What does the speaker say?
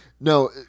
No